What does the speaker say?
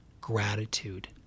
gratitude